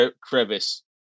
crevice